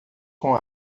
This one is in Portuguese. com